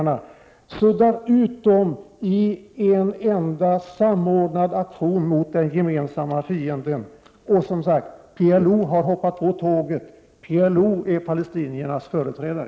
De suddas ut i en enda samordnad aktion mot den gemensamma fienden. Som sagt, PLO har hoppat på tåget. PLO är palestiniernas företrädare.